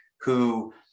who-